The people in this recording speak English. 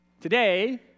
today